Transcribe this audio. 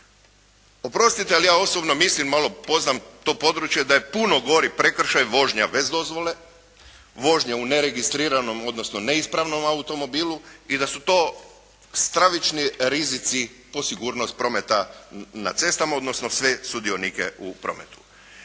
Oprostite, ali ja osobno mislim malo poznam to područje da je puno gori prekršaj vožnja bez dozvole, vožnja u neregistriranom odnosno neispravnom automobilu i da su to stravični rizici po sigurnost prometa na cestama odnosno sve sudionike u prometu.